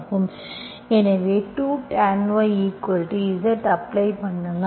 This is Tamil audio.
எனவே 2 tany Z அப்ளை பண்ணலாம்